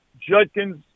Judkins